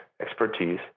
expertise